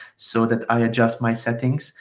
so that i adjust my settings,